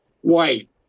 white